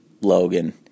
Logan